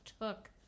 took